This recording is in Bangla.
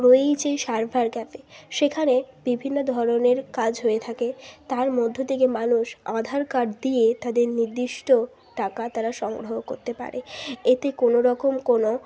রয়েছে সার্ভার ক্যাফে সেখানে বিভিন্ন ধরনের কাজ হয়ে থাকে তার মধ্য থেকে মানুষ আধার কার্ড দিয়ে তাদের নির্দিষ্ট টাকা তারা সংগ্রহ করতে পারে এতে কোনও রকম কোনও